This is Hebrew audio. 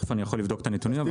אני יכול לבדוק את הנתונים.